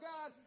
God